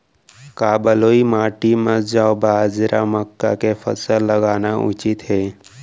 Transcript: का बलुई माटी म जौ, बाजरा, मक्का के फसल लगाना उचित हे?